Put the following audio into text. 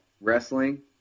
wrestling